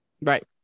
Right